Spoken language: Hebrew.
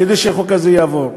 כדי שהחוק הזה יעבור.